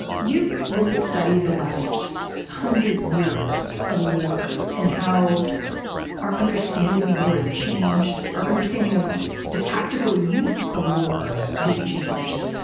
you've really studied the last hundred years of war and how our understanding of war has changed, our understanding of the tactical use of war has changed.